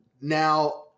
Now